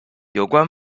有关